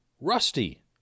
rusty